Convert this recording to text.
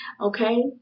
Okay